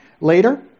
later